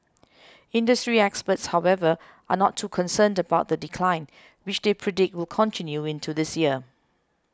industry experts however are not too concerned about the decline which they predict will continue into this year